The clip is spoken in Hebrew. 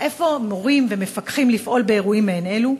מורים ומפקחים לפעול באירועים מעין אלו?